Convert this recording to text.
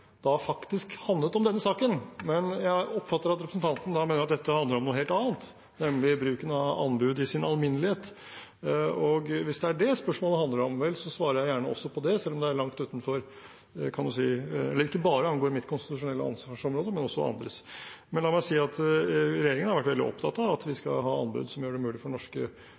faktisk handlet om denne saken. Jeg oppfatter at representanten da mener at dette handler om noe helt annet, nemlig bruken av anbud i sin alminnelighet. Hvis det er det spørsmålet handler om – vel, så svarer jeg gjerne også på det, selv om det ikke bare angår mitt konstitusjonelle ansvarsområde, men også andres. Men la meg si at regjeringen har vært veldig opptatt av at vi skal ha anbud som gjør det mulig for norske